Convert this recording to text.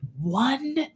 one